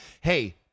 hey